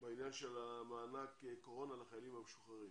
בעניין של מענק קורונה לחיילים המשוחררים.